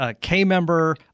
K-member